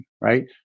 Right